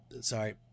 Sorry